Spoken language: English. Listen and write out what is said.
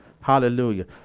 Hallelujah